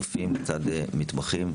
רופאים לצד מתמחים,